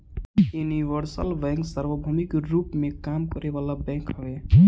universal bank सार्वभौमिक रूप में काम करे वाला बैंक हवे